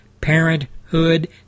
parenthood